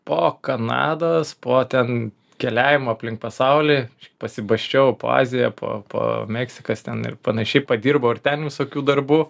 po kanados po ten keliavimo aplink pasaulį pasibasčiau po aziją po po meksikas ten ir panašiai padirbau ir ten visokių darbų